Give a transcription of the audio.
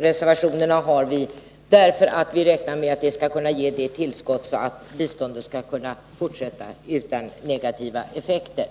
Reservationerna använder vi därför att vi räknar med att de skall kunna ge ett sådant tillskott att biståndet kan fortsätta utan negativa effekter.